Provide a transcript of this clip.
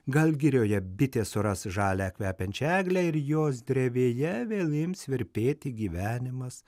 gal girioje bitė suras žalią kvepiančią eglę ir jos drevėje vėl ims virpėti gyvenimas